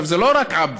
עכשיו, זה לא רק עבדה,